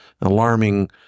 alarming